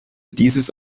dieses